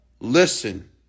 Listen